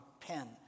pen